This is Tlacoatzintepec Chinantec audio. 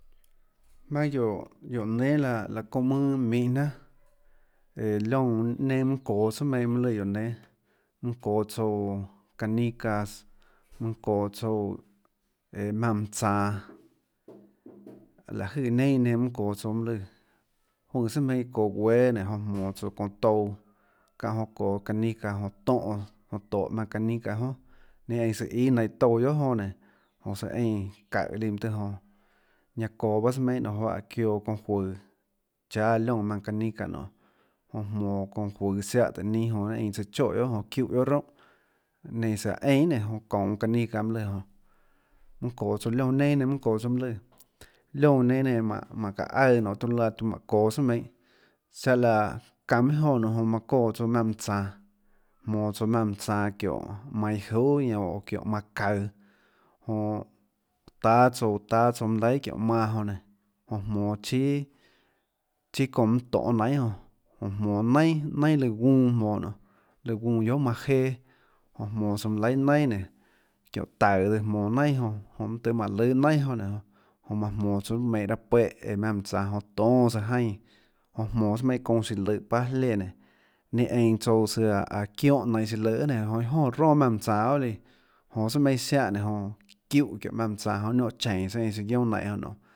Jmaønâ guióå nénâ láhã çóhã mønã minhå jnanà liónã neinâ mønâ çoå tsùà meinhâ guióhå nénâ, mønâ çoå tsouã canicas mønâ ðoå tsouã maùnã mønã tsanå láhã jøê neinâ iã nenã mønâ çoå tsouã mønâ lùã juøè tsùà meinhâ çoå guéâ monå tsouã çounã touã çánhã jonã çoå tsouã canicas tohå maùnã canicas iâ jonà ninâ eínã tsøã iâ nainhå touã guiohà jonã nénå jonã tsøã eínã çaùhã líã mønâ tøhê jonã, ñanã çoå pahâ tsùà meinhâ nionê juáhãs çioã çounã juøå cháâ liónã maùnã canicas nonê jonã jmoå çounã juøå siáhã tùhã ninâ jonã eínã tsøã choè jonã çiúhã guiohà roúnhàninâ eínã tsøã çaã eínã guiohà nénå jonã çoúnå canicas mønâ léã jonã. mønâ çoå tsouã liónã neinâ nenã mønâ çoå tsouã mønâ lùã, liónã nenã manã çaã aùã taã manã çoå tsùà meinhâ siáhã laã çanã minhà jonã siáhã laã manã çoå tsouã maùnã mønã tsanå, monå tsouã maùnã mønã tsanå þiónhå manã iã juhà o manã çaøå jonã táâ tsouã táâ tsouã manã laihà manã jonã nénå monå chíà çounã mønâ tonhê nainhà jonã jmonå, monå nainà lùã guunã lùã guunã guiohà manã jeâ jonã jmoå tsøã manã laihà nainà çiónhå taùå tsøã jmonå nainà jonã, mønâ tøhê manã lùâ nainà jonã nénå jonã manã jmoå tsouã raâ puéhã maùnã mømã tsaå jonã jon tóâ tsaã jaínã jonã jmonå tsùà meinhâ çuonã chiã løhå paâ léã nénå ninâ einã tsouã tsøã aã çiónhã nainhå siã løhå guiohà nénå joà ronà maùnã mønã tsaå guiohà líã jonã tsùà meinhâ siánhã nénå jonã çiúhã çiónhå maùnã mønâ tsaå niónhã chienå tsøâ eínã tsøã guionâ nainnhå jonã nionê.